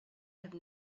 have